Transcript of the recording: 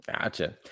Gotcha